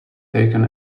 taken